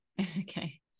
Okay